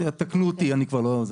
תקנו אותי, אני כבר לא...